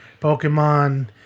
Pokemon